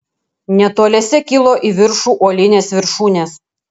netoliese kilo į viršų uolinės viršūnės